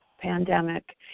pandemic